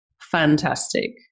fantastic